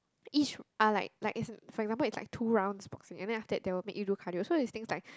each are like like is a for example things is like two rounds boxing and then after that they were make you do cardio so is things like